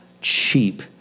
cheap